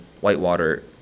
Whitewater